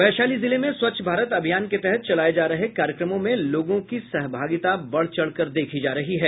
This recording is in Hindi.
वैशाली जिले मे स्वच्छ भारत अभियान के तहत चलाये जा रहे कार्यक्रमों में लोगों की सहभागिता बढ़ चढ़कर देखी जा रही है